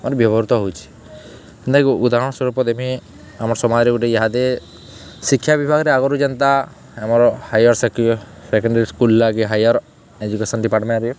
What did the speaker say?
ବ୍ୟବହୃତ ହେଉଛି ଯେନ୍ତାକି ଉଦାହରଣ ସ୍ୱରୂପ ଦେମି ଆମର୍ ସମାଜ୍ରେ ଗୁଟେ ଇହାଦେ ଶିକ୍ଷା ବିଭାଗ୍ରେ ଆଗ୍ରୁ ଯେନ୍ତା ଆମର ହାଇୟର୍ ସେକେଣ୍ଡାରୀ ସ୍କୁଲ୍ ଲାଗି ହାଇୟର୍ ଏଜୁକେସନ୍ ଡିପାର୍ଟମେଣ୍ଟ୍ରେ